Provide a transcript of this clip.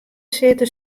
sitte